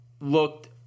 looked